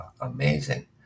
amazing